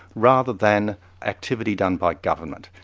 rather than activity done by government.